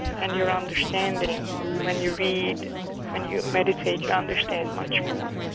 and your understanding when you read and you meditate, you understand much more